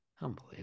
Unbelievable